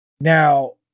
Now